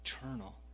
eternal